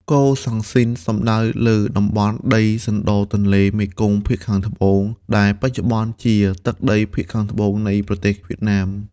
កូសាំងស៊ីន សំដៅលើតំបន់ដីសណ្ដទន្លេមេគង្គភាគខាងត្បូង ដែលបច្ចុប្បន្នជាទឹកដីភាគខាងត្បូងនៃប្រទេសវៀតណាម។